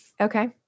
Okay